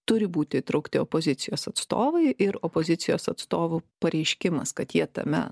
turi būti įtraukti opozicijos atstovai ir opozicijos atstovų pareiškimas kad jie tame